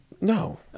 No